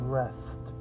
rest